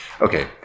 Okay